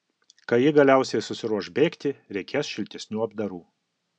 kai ji galiausiai susiruoš bėgti reikės šiltesnių apdarų